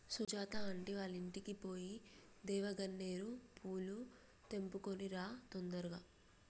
Sujatha aunty వాళ్ళింటికి పోయి దేవగన్నేరు పూలు తెంపుకొని రా తొందరగా